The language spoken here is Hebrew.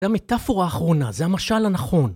זה המטאפורה האחרונה, זה המשל הנכון